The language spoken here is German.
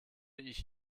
ich